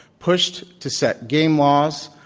pushed to set game laws,